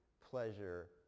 pleasure